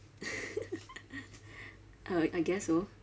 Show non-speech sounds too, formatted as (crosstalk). (laughs) uh I guess so